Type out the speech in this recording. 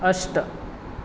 अष्ट